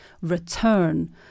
return